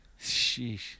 Sheesh